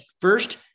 First